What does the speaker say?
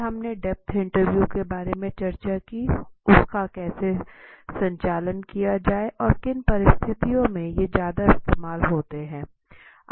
फिर हमने depth interview के बारे में चर्चा की उसका कैसे संचालन किया जाये और किन परिस्थितियों में ये ज्यादा इस्तेमाल होते हैं